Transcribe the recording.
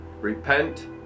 Repent